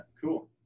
cool